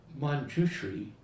Manjushri